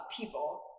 people